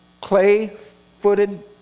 clay-footed